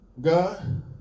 God